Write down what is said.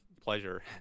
pleasure